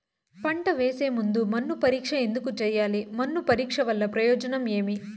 పంట వేసే ముందు మన్ను పరీక్ష ఎందుకు చేయాలి? మన్ను పరీక్ష వల్ల ప్రయోజనం ఏమి?